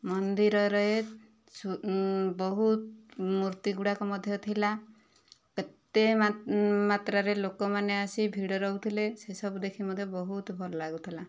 ମନ୍ଦିରରେ ବହୁତ ମୂର୍ତ୍ତି ଗୁଡ଼ାକ ମଧ୍ୟ ଥିଲା ଏତେ ମାତ୍ରାରେ ଲୋକମାନେ ଆସି ଭିଡ଼ ରହୁଥିଲେ ସେସବୁ ଦେଖି ମଧ୍ୟ ବହୁତ ଭଲ ଲାଗୁଥିଲା